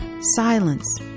silence